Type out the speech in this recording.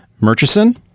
Murchison